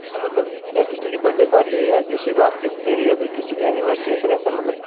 क्या मतलब क्या किसी की बर्थडे पार्टी या किसी को आप गिफ्ट दे रहे हैं या फिर किसी की एनिवर्सरी ऐसा मतलब